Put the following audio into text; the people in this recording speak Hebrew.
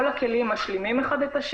כל הכלים משלימים זה את זה